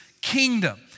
kingdom